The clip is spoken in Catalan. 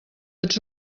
ets